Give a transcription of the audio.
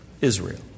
Israel